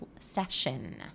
session